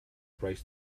braced